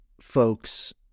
folks